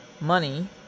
Money